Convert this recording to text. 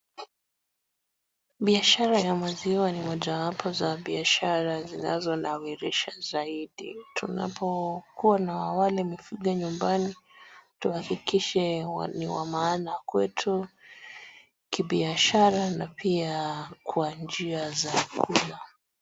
Biashara ya maziwa ni mojawapo za biashara zinazonawirisha zaidi. Tunapokuwa na wale mifugo nyumbani , tuhakikishe wa ni wa maana kwetu , kibiashara na pia kwa njia za